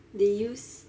they use